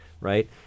right